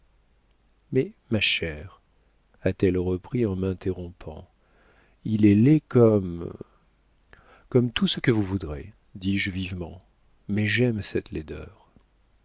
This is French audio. mais ma chère a-t-elle repris en m'interrompant il est laid comme comme tout ce que vous voudrez dis-je vivement mais j'aime cette laideur